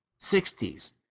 60s